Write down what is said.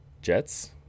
Jets